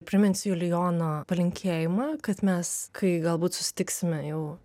priminsiu julijono palinkėjimą kad mes kai galbūt susitiksime jau